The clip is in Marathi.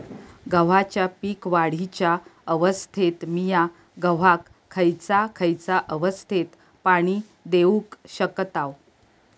गव्हाच्या पीक वाढीच्या अवस्थेत मिया गव्हाक खैयचा खैयचा अवस्थेत पाणी देउक शकताव?